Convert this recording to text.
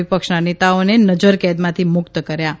વિ ક્ષના નેતાઓને નજરકેદમાંથી મુકત કર્યા છે